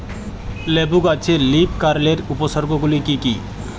লেবু গাছে লীফকার্লের উপসর্গ গুলি কি কী?